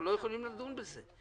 אנחנו לא יכולים לדון בזה.